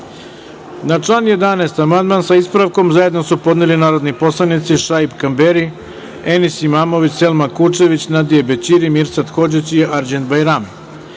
član 23. amandman, sa ispravkom, zajedno su podneli narodni poslanici Šaip Kamberi, Enis Imamović, Selma Kučević, Nadije Bećiri, Mirsad Hodžić i Arđend